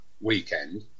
weekend